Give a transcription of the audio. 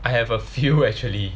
I have a few actually